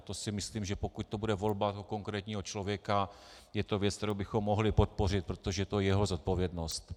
To si myslím, že pokud to bude volba konkrétního člověka, je to věc, kterou bychom mohli podpořit, protože to je jeho zodpovědnost.